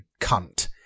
cunt